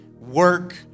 work